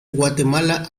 guatemala